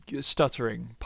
stuttering